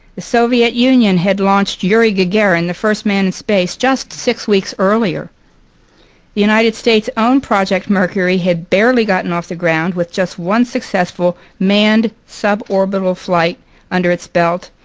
the soviet union had launched yuri gagarin the first man in space just six weeks earlier. the united states' own project mercury had barely gotten off the ground with just one successful manned sub-orbital flight under its belt,